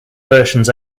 versions